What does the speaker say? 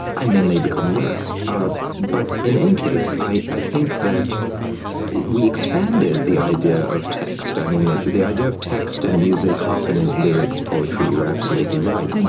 and then they become lyrics. ah but in any case, i i think that we expanded the idea of text. i mean, the idea of text in music often is lyrics, poetry. you're absolutely right.